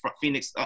Phoenix